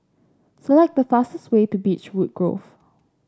select the fastest way to Beechwood Grove